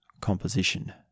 composition